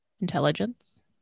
intelligence